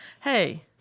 Hey